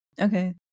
okay